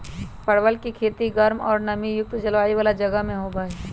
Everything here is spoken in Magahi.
परवल के खेती गर्म और नमी युक्त जलवायु वाला जगह में होबा हई